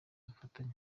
ubufatanye